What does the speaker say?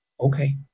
okay